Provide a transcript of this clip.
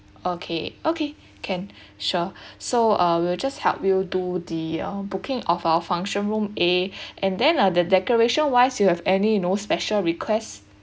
okay okay can sure so I will just help will do the um booking of our function room A and then uh the decoration wise you have any know special requests